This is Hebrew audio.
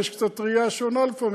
ויש ראייה קצת שונה לפעמים,